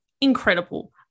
incredible